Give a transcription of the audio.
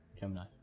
Gemini